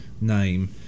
name